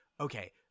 okay